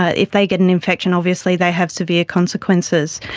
ah if they get an infection obviously they have severe consequences.